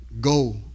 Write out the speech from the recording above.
go